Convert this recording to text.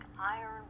iron